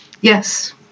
Yes